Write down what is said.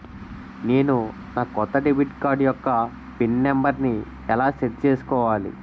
నేను నా కొత్త డెబిట్ కార్డ్ యెక్క పిన్ నెంబర్ని ఎలా సెట్ చేసుకోవాలి?